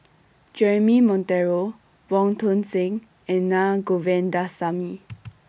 Jeremy Monteiro Wong Tuang Seng and Naa Govindasamy